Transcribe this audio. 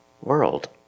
world